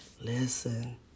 Listen